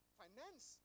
finance